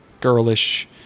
girlish